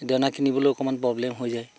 সেই দানা কিনিবলৈও অকণমান প্ৰব্লেম হৈ যায়